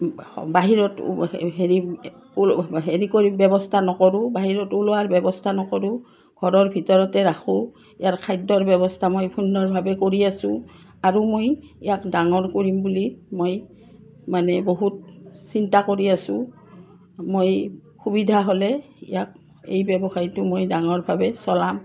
বাহিৰত হেৰি হেৰি কৰি ব্যৱস্থা নকৰোঁ বাহিৰত ওলোৱাৰ ব্যৱস্থা নকৰোঁ ঘৰৰ ভিতৰতে ৰাখোঁ ইয়াৰ খাদ্যৰ ব্যৱস্থা মই সুন্দৰভাৱে কৰি আছোঁ আৰু মই ইয়াক ডাঙৰ কৰিম বুলি মই মানে বহুত চিন্তা কৰি আছোঁ মই সুবিধা হ'লে ইয়াক এই ব্যৱসায়টো মই ডাঙৰভাৱে চলাম